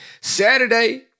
Saturday